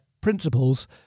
principles